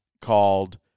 called